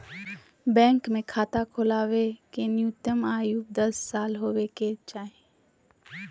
bank मे खाता खोलबावे के न्यूनतम आयु दस साल होबे के चाही